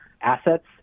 assets